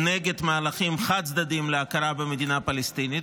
נגד מהלכים חד-צדדיים להכרה במדינה פלסטינית.